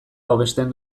hobesten